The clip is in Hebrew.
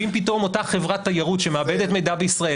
ואם פתאום אותה חברת תיירות שמעבדת מידע בישראל,